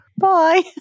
bye